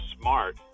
smart